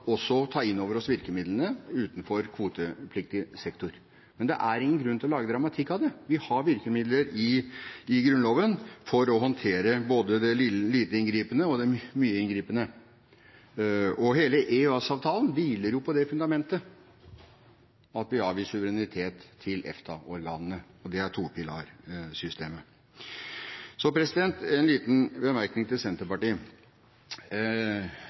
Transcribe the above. også skal ta inn virkemidlene utenfor kvotepliktig sektor. Men det er ingen grunn til å lage dramatikk av det. Vi har virkemidler i Grunnloven for å håndtere både det «lite inngripende» og det mye «inngripende». Hele EØS-avtalen hviler på det fundamentet at vi avgir suverenitet til EFTA-organene. Det er topilarsystemet. En liten bemerkning til Senterpartiet: